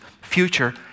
future